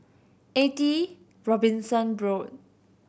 Eighty Robinson Road